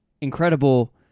incredible